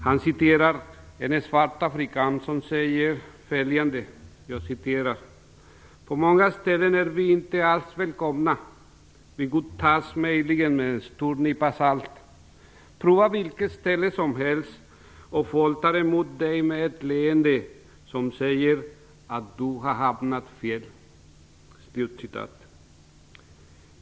Han återger en svart afrikan som säger: "På många ställen är vi inte alls välkomna, vi godtas möjligen med en stor nypa salt. Prova vilket ställe som helst och folk tar emot dig med ett leende som säger att du har hamnat fel."